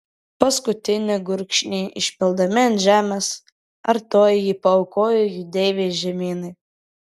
paskutinį gurkšnį išpildami ant žemės artojai jį paaukojo jų deivei žemynai